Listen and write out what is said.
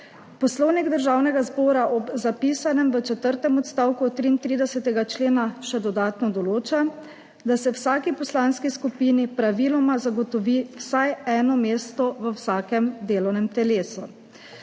Poslovnik Državnega zbora ob zapisanem v četrtem odstavku 33. člena še dodatno določa, da se vsaki poslanski skupini praviloma zagotovi vsaj eno mesto v vsakem delovnem telesu.